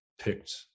picked